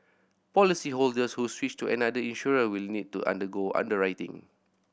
policyholders who switch to another insurer will need to undergo underwriting